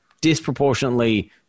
disproportionately